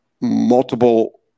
multiple